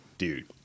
Dude